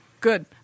Good